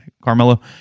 Carmelo